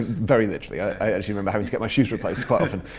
very literally. i actually remember having to get my shoes replaced quite often.